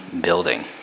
building